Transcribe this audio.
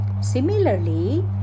similarly